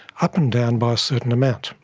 up and down by a certain amount.